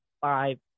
five